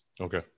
okay